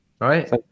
right